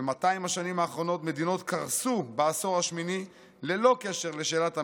ב-200 השנים האחרונות מדינות קרסו בעשור השמיני ללא קשר לשאלת המשטר,